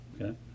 Okay